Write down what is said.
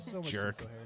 jerk